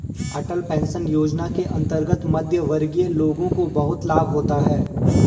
अटल pension योजना के अंतर्गत मध्यमवर्गीय लोगों को बहुत लाभ होता है